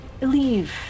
leave